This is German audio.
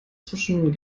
zwischen